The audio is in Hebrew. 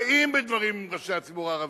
באים בדברים עם ראשי הציבור הערבי.